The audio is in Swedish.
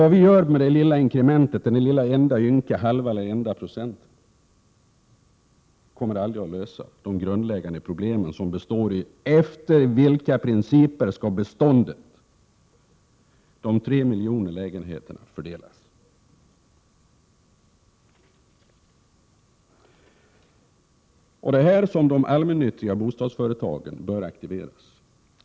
Vad vi än gör med det lilla inkrementet, den ynka halva eller enda procenten, kommer det aldrig att lösa det grundläggande problemet, som består i: Efter vilka principer skall beståndet, de 3 miljoner lägenheterna, fördelas? Det är här som de allmännyttiga bostadsföretagen bör aktiveras.